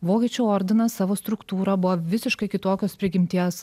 vokiečių ordinas savo struktūra buvo visiškai kitokios prigimties